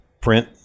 print